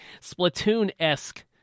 splatoon-esque